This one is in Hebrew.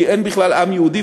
כי אין בכלל עם יהודי,